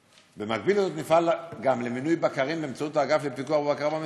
שבמקביל לזאת נפעל גם למינוי בקרים באמצעות האגף לפיקוח ולבקרה במשרד,